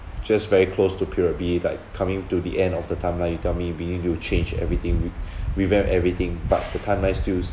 just very close to period B like coming to the end of the timeline you tell me we need to change everything re~ revamp everything but the timeline stills